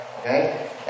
Okay